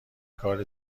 کار